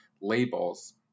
labels